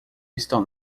estão